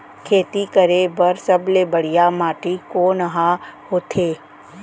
खेती करे बर सबले बढ़िया माटी कोन हा होथे?